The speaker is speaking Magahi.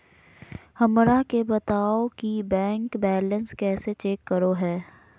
हमरा के बताओ कि बैंक बैलेंस कैसे चेक करो है?